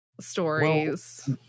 stories